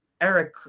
Eric